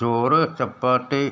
ചോറ് ചപ്പാത്തി